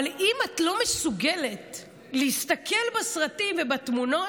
אבל אם את לא מסוגלת להסתכל בסרטים ובתמונות,